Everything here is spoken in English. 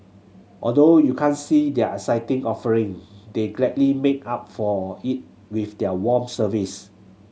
although you can't see their exciting offering they gladly make up for it with their warm service